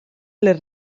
les